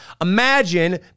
Imagine